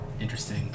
Interesting